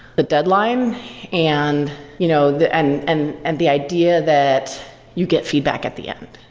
the deadline and you know the and and and the idea that you get feedback at the end.